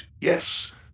yes